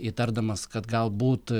įtardamas kad galbūt